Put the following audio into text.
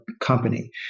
company